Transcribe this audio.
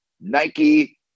Nike